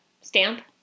stamp